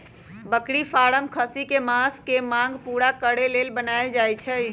बकरी फारम खस्सी कें मास के मांग पुरा करे लेल बनाएल जाय छै